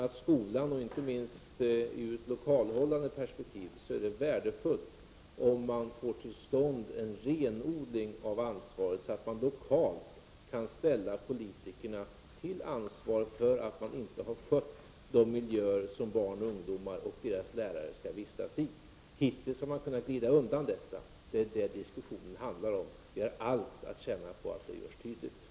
För skolan är det inte minst ur lokalhållandeperspektiv värdefullt om man får till stånd en renodling av ansvaret, så att man lokalt kan ställa politikerna till ansvar för att de inte har skött den miljö som barn, ungdomar och deras lärare skall vistas i. Hittills har man kunnat glida undan ansvaret. Det är detta som diskussionen handlar om nu. Vi har allt att tjäna på att det görs tydligt.